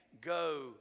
go